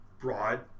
broad